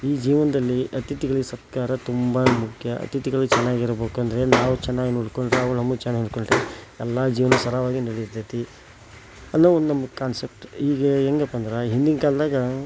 ಈ ಜೀವನದಲ್ಲಿ ಅತಿಥಿಗಳಿಗೆ ಸತ್ಕಾರ ತುಂಬ ಮುಖ್ಯ ಅತಿಥಿಗಳು ಚೆನ್ನಾಗಿರ್ಬೇಕಂದರೆ ನಾವು ಚೆನ್ನಾಗಿ ನೋಡಿಕೊಂಡ್ರೆ ಅವ್ರು ನಮ್ಮನ್ನು ಚೆನ್ನಾಗಿ ನೋಡ್ಕೊತಾರೆ ಎಲ್ಲ ಜೀವನ ಸರಾಗವಾಗಿ ನಡಿತೈತಿ ಅನ್ನೋ ಒಂದು ನಮ್ದು ಕಾನ್ಸೆಪ್ಟ್ ಈಗ ಹೆಂಗಪ್ಪಾ ಅಂದ್ರೆ ಹಿಂದಿನ ಕಾಲದಾಗ